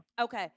Okay